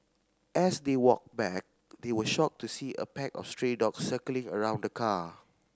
as they walked back they were shocked to see a pack of stray dogs circling around the car